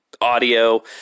audio